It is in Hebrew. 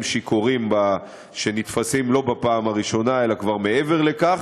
שיכורים הנתפסים שלא בפעם הראשונה אלא כבר מעבר לכך.